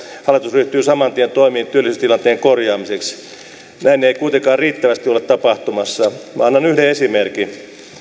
ryhtyy saman tien toimiin työllisyystilanteen korjaamiseksi näin ei kuitenkaan riittävästi ole tapahtumassa annan yhden esimerkin